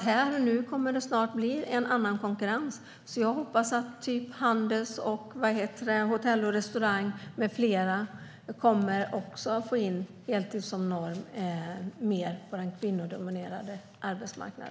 Här och nu kommer det snart att bli en annan konkurrens. Jag hoppas att Handels och Hotell och Restaurangfacket med flera kommer att få in heltid som norm mer på den kvinnodominerade arbetsmarknaden.